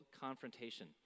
confrontation